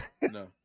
no